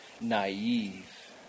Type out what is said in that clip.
naive